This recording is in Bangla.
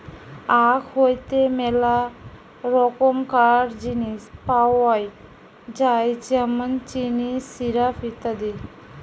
আখ হইতে মেলা রকমকার জিনিস পাওয় যায় যেমন চিনি, সিরাপ, ইত্যাদি